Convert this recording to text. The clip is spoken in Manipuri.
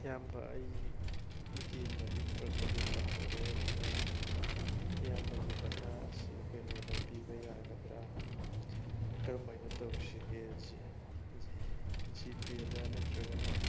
ꯏꯌꯥꯝꯕ ꯑꯩꯒꯤ ꯏ ꯀꯦ ꯃꯅꯤ ꯄꯔꯁ ꯑꯗꯨ ꯇꯥꯍꯧꯔꯦ ꯑꯗꯨꯅ ꯏꯌꯥꯝꯕꯒꯤ ꯚꯔꯥ ꯑꯁꯤ ꯀꯩꯅꯣꯗ ꯄꯤꯕ ꯌꯥꯒꯗ꯭ꯔꯥ ꯀꯔꯝꯍꯥꯏꯅ ꯇꯧꯁꯤꯒꯦ ꯖꯤꯄꯦꯗ ꯅꯠꯇ꯭ꯔꯒꯅ